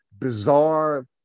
bizarre